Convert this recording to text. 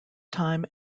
time